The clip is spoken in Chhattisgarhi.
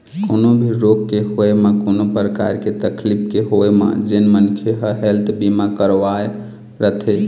कोनो भी रोग के होय म कोनो परकार के तकलीफ के होय म जेन मनखे ह हेल्थ बीमा करवाय रथे